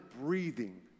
breathing